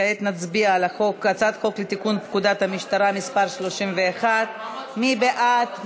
כעת נצביע על הצעת חוק לתיקון פקודת המשטרה (מס' 31). מי בעד?